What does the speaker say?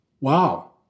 Wow